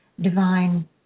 divine